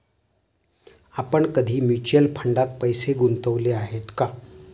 आपण कधी म्युच्युअल फंडात पैसे गुंतवले आहेत का?